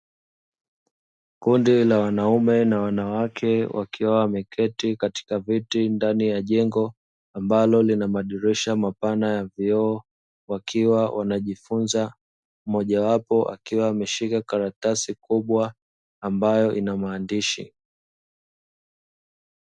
Kundi la wanaume na wanawake wakiwa wameketi katika viti ndani ya jengo, ambalo linamadirisha mapana ya vioo, wakiwa wanajifunza. Mmoja wapo akiwa ameshika karatasi kubwa ambayo inamaandishi.